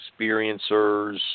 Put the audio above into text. experiencers